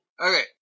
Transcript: Okay